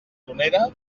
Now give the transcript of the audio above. tronera